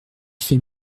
fait